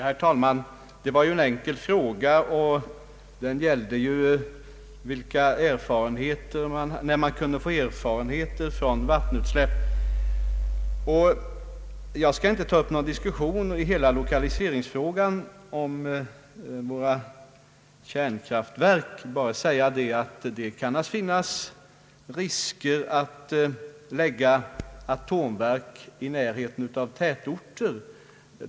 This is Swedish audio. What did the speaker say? Herr talman! Det gäller en enkel fråga om när man väntas få tillräckliga erfarenheter av varmvattenutsläpp. Jag skall inte ta upp en diskussion om hela lokaliseringsfrågan för våra kärnkraftverk. Jag vill bara säga att det naturligtvis kan finnas risker om man lägger kärnkraftverk i närheten av tätorter.